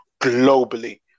globally